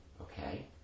Okay